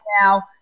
now